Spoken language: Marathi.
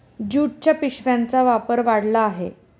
ज्यूटच्या पिशव्यांचा वापर वाढला आहे